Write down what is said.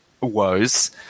woes